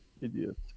Idiot